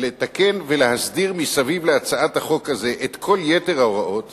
לתקן ולהסדיר מסביב להצעת החוק הזו את כל יתר ההוראות